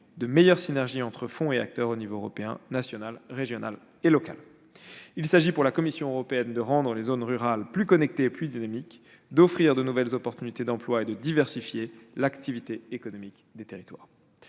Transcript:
de meilleures synergies entre fonds et acteurs au niveau européen, national, régional et local. Il s'agit, pour la Commission européenne, de rendre les zones rurales plus connectées et plus dynamiques, d'offrir de nouvelles chances d'emplois et de diversifier l'activité économique des territoires.